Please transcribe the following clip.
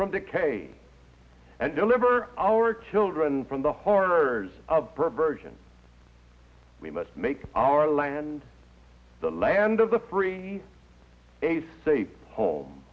from decay and deliver our children from the horrors of perversion we must make our land the land of the free a